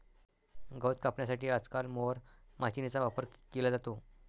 गवत कापण्यासाठी आजकाल मोवर माचीनीचा वापर केला जातो